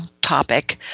topic